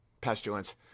pestilence